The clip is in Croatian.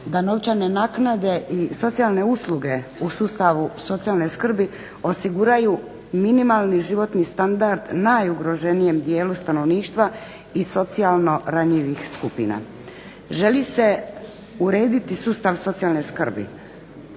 da novčane naknade i socijalne usluge u sustavu socijalne skrbi osiguraju minimalni životni standard najugroženijem dijelu stanovništva iz socijalno ranjivih skupina. Želi se urediti sustav socijalne skrbi.